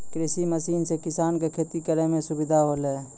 कृषि मसीन सें किसान क खेती करै में सुविधा होलय